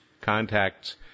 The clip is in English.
contacts